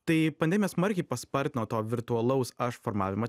tai pandemija smarkiai paspartino to virtualaus aš formavimą